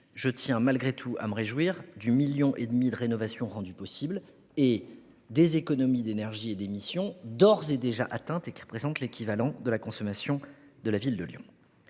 me réjouis malgré tout du million et demi de rénovations rendues possibles et des économies d'énergie et d'émissions d'ores et déjà atteintes, qui représentent l'équivalent de la consommation de la ville de Lyon.